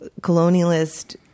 colonialist